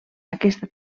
aquesta